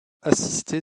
assisté